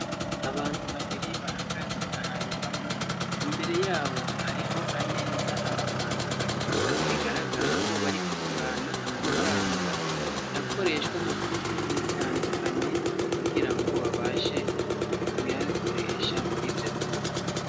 Abantu babiri bahagaze ahantu hamwe, imbere yabo hariho ameza abatandukanya, bigaragara ko bari kugurana amafaranga akoreshwa mu bihugu bitandukanye kugira ngo babashe kuyakoresha muri ibyo bihugu.